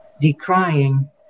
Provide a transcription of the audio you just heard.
decrying